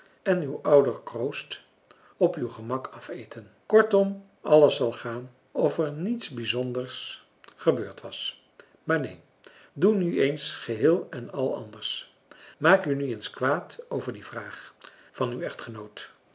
en uw ouder kroost op uw gemak afeten kortom alles zal gaan of er niets bijzonders gebeurd was maar neen doe nu eens geheel en al anders maak u nu eens kwaad over die vraag van uw echtgenoot